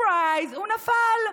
surprise, הוא נפל.